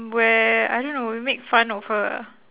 where I don't know we make fun of her ah